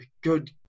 good